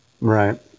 Right